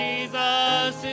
Jesus